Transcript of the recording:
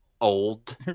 old